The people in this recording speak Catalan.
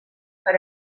per